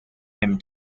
him